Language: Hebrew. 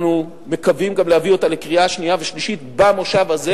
אנחנו מקווים גם להביא אותה לקריאה שנייה ושלישית במושב הזה,